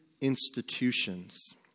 institutions